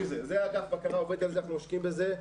אגף בקרה עובד על זה, אנחנו עוסקים בזה.